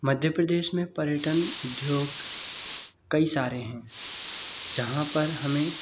मध्य प्रदेश में पर्यटन उद्योग कई सारे हैं जहाँ पर हमें